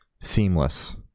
seamless